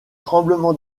tremblement